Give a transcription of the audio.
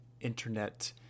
internet